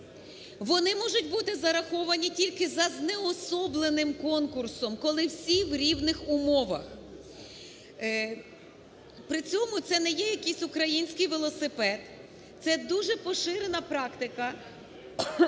Вони можуть бути зараховані тільки за знеособленим конкурсом, коли всі в рівних умовах. При цьому це не є якийсь "український велосипед", це дуже поширена практика